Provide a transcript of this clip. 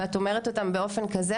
ואת אומרת אותם באופן כזה,